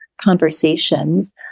conversations